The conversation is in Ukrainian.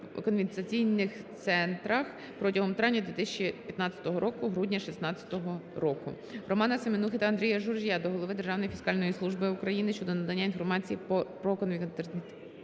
конвертаційним центрам протягом травня 2015 року - грудня 2016 року. Романа Семенухи та Андрія Журжія до голови Державної фіскальної служби України щодо надання інформації по конвертаційним